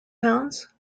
pounds